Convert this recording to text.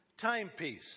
timepiece